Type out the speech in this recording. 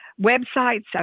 websites